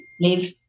live